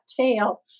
tail